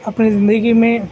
اپنی زندگی میں